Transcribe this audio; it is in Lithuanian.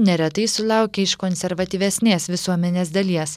neretai sulaukia iš konservatyvesnės visuomenės dalies